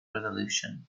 resolution